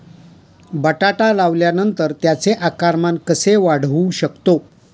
बटाटा लावल्यानंतर त्याचे आकारमान कसे वाढवू शकतो?